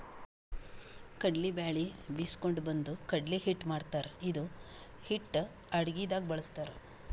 ಕಡ್ಲಿ ಬ್ಯಾಳಿ ಬೀಸ್ಕೊಂಡು ಬಂದು ಕಡ್ಲಿ ಹಿಟ್ಟ್ ಮಾಡ್ತಾರ್ ಇದು ಹಿಟ್ಟ್ ಅಡಗಿದಾಗ್ ಬಳಸ್ತಾರ್